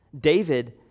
David